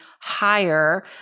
higher